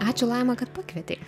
ačiū laima kad pakvietei